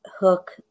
hook